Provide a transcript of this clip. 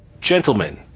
Gentlemen